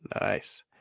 nice